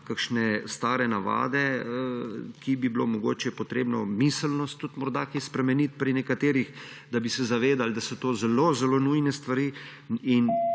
kakšne stare navade? Bi bilo mogoče treba miselnost tudi morda kaj spremeniti pri nekaterih, da bi se zavedali, da so to zelo zelo nujne stvari?